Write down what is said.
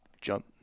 jump